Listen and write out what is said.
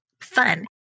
fun